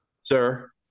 Sir